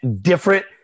different